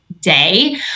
day